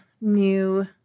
new